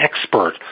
expert